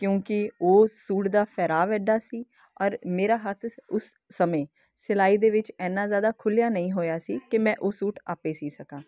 ਕਿਉਂਕਿ ਉਹ ਸੂਟ ਦਾ ਫੈਰਾਵ ਏਡਾ ਸੀ ਔਰ ਮੇਰਾ ਹੱਥ ਉਸ ਸਮੇਂ ਸਿਲਾਈ ਦੇ ਵਿੱਚ ਇੰਨਾ ਜ਼ਿਆਦਾ ਖੁੱਲਿਆ ਨਹੀਂ ਹੋਇਆ ਸੀ ਕਿ ਮੈਂ ਉਹ ਸੂਟ ਆਪੇ ਸੀ ਸਕਾਂ